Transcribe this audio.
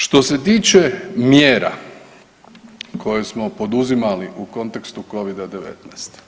Što se tiče mjera koje smo poduzimali u kontekstu covida 19.